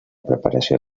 preparació